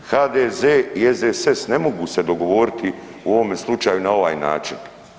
HDZ i SDSS ne mogu se dogovoriti u ovome slučaju na ovaj način.